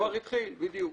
כבר התחיל, בדיוק.